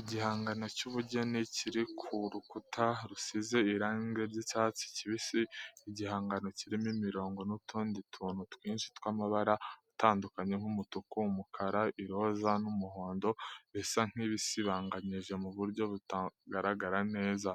Igihangano cy’ubugeni kiri ku rukuta rusize irangi ry’icyatsi kibisi, igihangano kirimo imirongo n’utundi tuntu twinshi tw’amabara atandukanye nk’umutuku, umukara, iroza, n’umuhondo, bisa nk’ibisibanganyije mu buryo butagaragaza